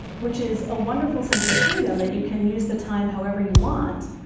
which is a wonderful sense of freedom, that you can use the time however you want.